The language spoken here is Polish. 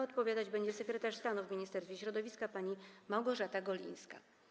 Odpowiadać będzie sekretarz stanu w Ministerstwie Środowiska pani Małgorzata Golińska.